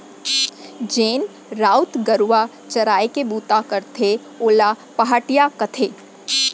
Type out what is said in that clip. जेन राउत गरूवा चराय के बूता करथे ओला पहाटिया कथें